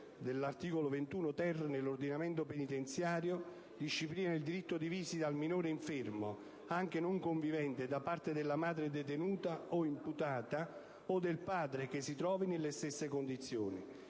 dell'articolo 2l-*ter* nell'ordinamento penitenziario, disciplina il diritto di visita al minore infermo, anche non convivente, da parte della madre detenuta o imputata (o del padre che si trovi nelle stesse condizioni).